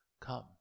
come